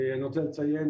אני רוצה לציין,